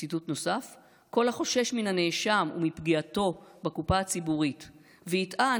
וציטוט נוסף: "כל החושש מן הנאשם ומפגיעתו בקופה הציבורית ויטען